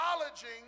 acknowledging